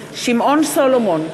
שמעון סולומון,